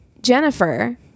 Jennifer